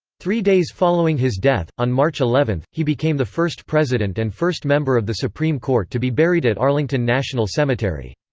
three days following his death, on march eleven, he became the first president and first member of the supreme court to be buried at arlington national cemetery.